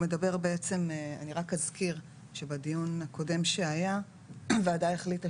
אני רק אזכיר שבדיון הקודם שהיה הוועדה החליטה